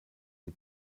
die